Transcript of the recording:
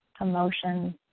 Emotions